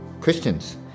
Christians